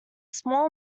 small